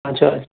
اچھا